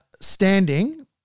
standing